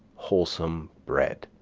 wholesome bread,